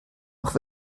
auch